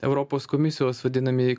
europos komisijos vadinamieji